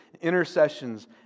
intercessions